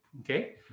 Okay